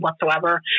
whatsoever